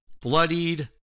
bloodied